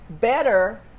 better